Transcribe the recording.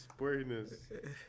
sportiness